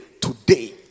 Today